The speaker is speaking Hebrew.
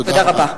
תודה רבה.